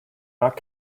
not